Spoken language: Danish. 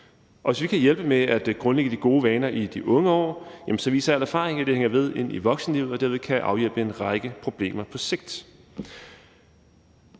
Hvis vi kan hjælpe med at grundlægge de gode vaner i de unge år, jamen så viser al erfaring, at det hænger ved ind i voksenlivet og derved kan afhjælpe en række problemer på sigt.